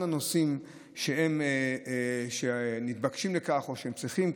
הנושאים שהם מתבקשים לכך או שהם צריכים,